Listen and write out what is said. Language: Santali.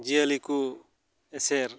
ᱡᱤᱭᱟᱹᱞᱤ ᱠᱚ ᱮᱥᱮᱨ